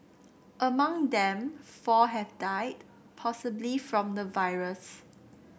among them four have died possibly from the virus